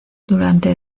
durante